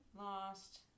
lost